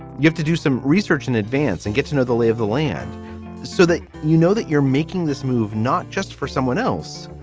you have to do some research in advance and get to know the lay of the land so that you know, that you're making this move not just for someone else,